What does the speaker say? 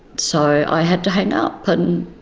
so i had to hang up but and